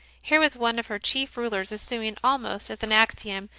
here was one of her chief rulers assuming, almost as an axiom,